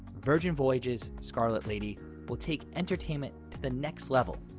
virgin voyages' scarlet lady will take entertainment to the next level,